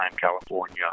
California